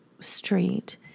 street